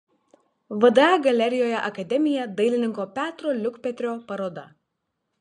vda galerijoje akademija dailininko petro liukpetrio paroda